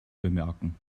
bemerken